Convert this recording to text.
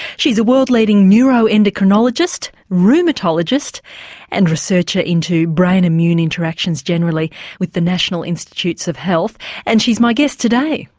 she's a world leading neuroendocrinologist, rheumatologist and researcher into brain immune interactions generally with the national institutes of health and she's my guest today.